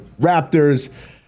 Raptors